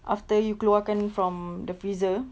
after you keluarkan from the freezer